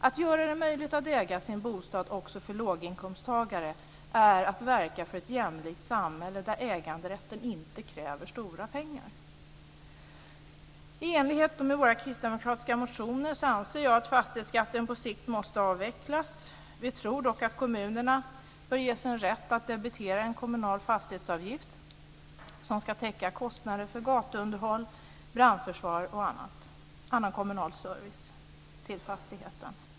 Att göra det möjligt att äga sin bostad också för låginkomsttagare är att verka för ett jämlikt samhälle där äganderätten inte kräver stora pengar. I enlighet med våra kristdemokratiska motioner anser jag att fastighetsskatten på sikt måste avvecklas. Vi tror dock att kommunerna bör ges en rätt att debitera en kommunal fastighetsavgift som ska täcka kostnader för gatuunderhåll, brandförsvar och annan kommunal service till fastigheten.